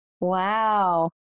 Wow